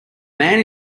man